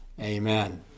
Amen